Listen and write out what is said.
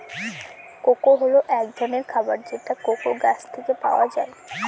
cocoa হল এক ধরনের খাবার যেটা কোকো গাছ থেকে পায়